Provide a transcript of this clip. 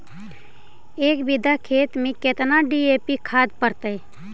एक बिघा खेत में केतना डी.ए.पी खाद पड़तै?